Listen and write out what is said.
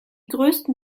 größten